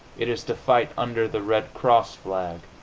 it is to fight under the red cross flag.